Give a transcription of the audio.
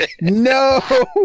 No